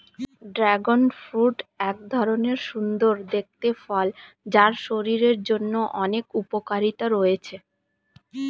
dragon fruit এক ধরণের সুন্দর দেখতে ফল যার শরীরের জন্য অনেক উপকারিতা রয়েছে